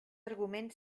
argument